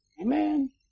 Amen